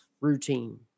routine